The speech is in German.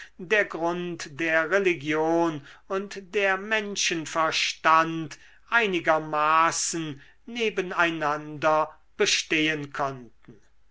der grund der religion und der menschenverstand einigermaßen neben einander bestehen konnten